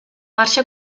marxa